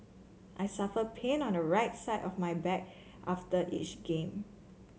I suffer pain on the right side of my back after each game